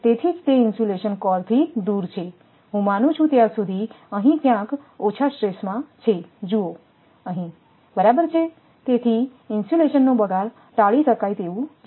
તેથી જ તે ઇન્સ્યુલેશન કોરથી દૂર છે હું માનું છું ત્યાં સુધી અહીં ક્યાંક ઓછા સ્ટ્રેસ માં છે જુઓ અહીં બરાબર છે તેથી ઇન્સ્યુલેશનનો બગાડ ટાળી શકાય તેવું છે